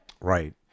Right